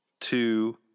two